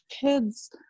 kids